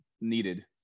needed